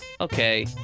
Okay